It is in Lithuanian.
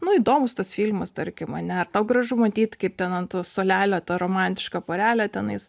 nu įdomus tas filmas tarkim ane ar tau gražu matyt kaip ten an to suolelio ta romantiška porelė tenais